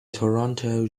toronto